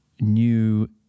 new